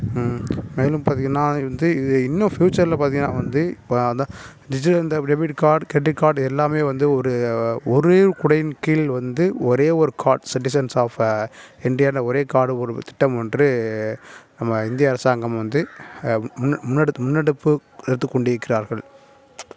மேலும் பார்த்திங்கனா வந்து இது இன்னும் பியூச்சர்ல பார்த்திங்கனா வந்து இப்போ அதுதான் டிஜிட்டல் இந்த டெபிட் கார்ட் கிரெடிட் கார்ட் எல்லாமே வந்து ஒரு ஒரே குடையின் கீழ் வந்து ஒரே ஒரு கார்ட் சிட்டிசன்ஸ் ஆப் இண்டியானு ஒரே கார்ட் ஒரு திட்டம் ஒன்று நம்ம இந்திய அரசாங்கம் வந்து முன் முன்னடி முன்னெடுப்பு எடுத்துக்கொண்டிருக்கிறார்கள்